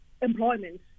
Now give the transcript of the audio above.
employment